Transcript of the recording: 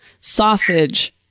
Sausage